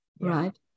right